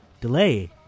Delay